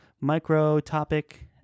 micro-topic